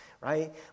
Right